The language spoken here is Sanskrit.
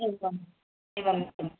एवम् एवम्